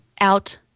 out